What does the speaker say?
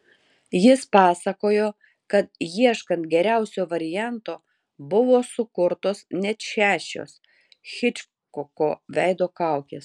jis pasakojo kad ieškant geriausio varianto buvo sukurtos net šešios hičkoko veido kaukės